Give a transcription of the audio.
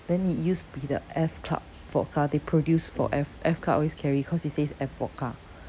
then it used to be the F club vodka they produce for F F club always carry cause it says F vodka